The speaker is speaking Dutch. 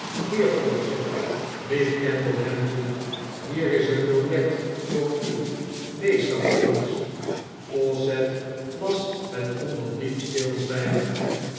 fawcett riep kemble hem toe hier is een biljet voor u lees dat eens fawcett las het onder diep stilzwijgen